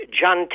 John